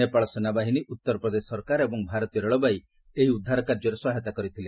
ନେପାଳ ସେନାବାହିନୀ ଉତ୍ତର ପ୍ରଦେଶ ସରକାର ଏବଂ ଭାରତୀୟ ରେଳବାଇ ଲଏହି ଉଦ୍ଦାର କାର୍ଯ୍ୟରେ ସହାୟତା କରିଥିଲେ